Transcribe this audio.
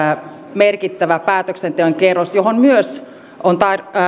merkittävä päätöksenteon kerros johon myös on